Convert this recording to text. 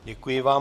Děkuji vám.